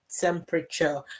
temperature